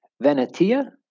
Venetia